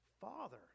father